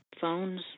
Phones